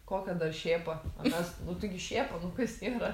kokią dar šėpą o mes nu tai gi šėpa nu kas yra